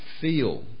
feel